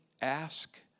ask